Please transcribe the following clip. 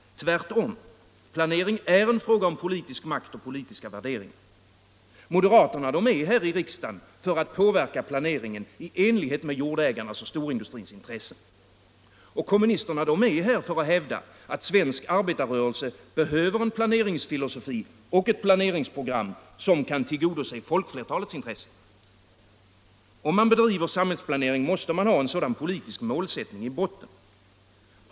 Tvärtom — planering är en fråga om politisk makt och politiska värderingar. Moderaterna är här i riksdagen för att påverka planeringen i enlighet med jordägarnas och storindustrins intressen. Kommunisterna är här för att hävda, att svensk arbetarrörelse behöver en planeringsfilosofi och ett planeringsprogram, som kan tillgodose folkflertalets intressen. Om man bedriver samhällsplanering måste man ha en politisk målsättning i botten.